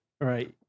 right